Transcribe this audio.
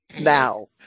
now